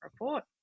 report